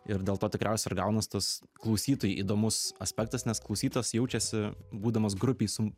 ir dėl to tikriausiai ir gaunas tas klausytojui įdomus aspektas nes klausytojas jaučiasi būdamas grupėj su